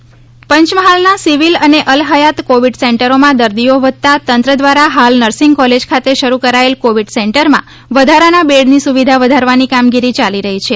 Covid centre પંચમહાલના civil અને અલ હયાત કોવિડ સેન્ટરોમાં દર્દીઓ વધતા તંત્ર દ્વારા હાલ નર્સિંગ કોલેજ ખાતે શરૂ કરાયેલ કોવિડ સેન્ટરમાં વધારાનાં બેડની સુવિધા વધારવાની કામગીરી ચાલી રહી છે